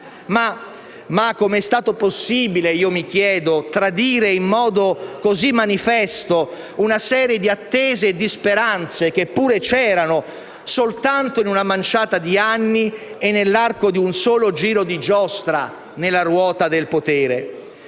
Ma come è stato possibile, mi chiedo, tradire in modo così manifesto una serie di attese e di speranze che pure c'erano, soltanto in una manciata di anni e nell'arco di un solo giro di giostra nella ruota del potere?